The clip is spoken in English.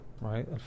right